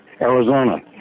Arizona